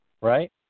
right